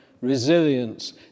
resilience